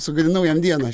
sugadinau jam dieną